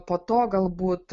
po to galbūt